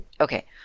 Okay